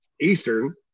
Eastern